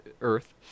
Earth